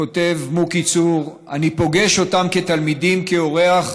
כותב מוקי צור, "אני פוגש אותם כתלמידים כאורח